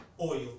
oil